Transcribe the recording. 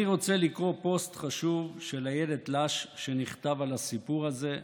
אני רוצה לקרוא פוסט חשוב של איילת לאש שנכתב על הסיפור הזה,